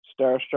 starstruck